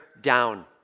down